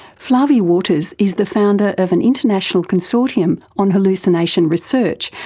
flavie waters is the founder of an international consortium on hallucination research,